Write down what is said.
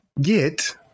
get